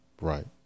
Right